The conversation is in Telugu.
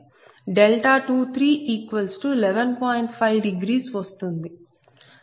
5వస్తుంది